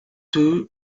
two